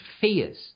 fears